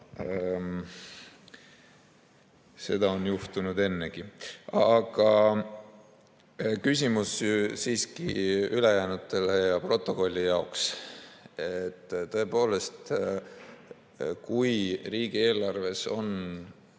Seda on juhtunud ennegi. Aga küsimus siiski ülejäänutele ja protokolli jaoks. Tõepoolest, riigieelarves on